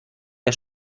der